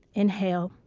inhale.